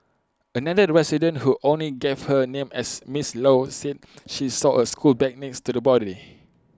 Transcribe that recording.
another resident who only gave her name as miss low said she saw A school bag next to the body